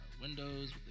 windows